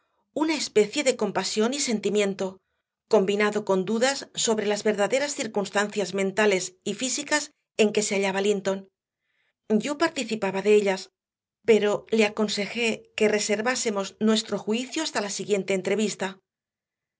una especie de compasión y sentimiento combinado con dudas sobre las verdaderas circunstancias mentales y físicas en que se hallaba linton yo participaba de ellas pero le aconsejé que reservásemos nuestro juicio hasta la siguiente entrevista